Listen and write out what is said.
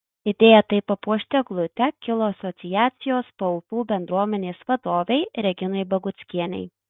idėja taip papuošti eglutę kilo asociacijos paupių bendruomenės vadovei reginai baguckienei